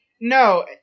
No